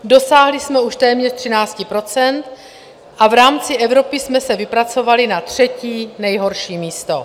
Dosáhli jsme už téměř 13 % a v rámci Evropy jsme se vypracovali na třetí nejhorší místo.